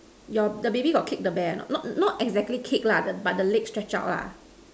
your the baby got kick the bear or not not not exactly kick lah the but the leg stretch out lah